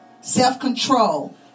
self-control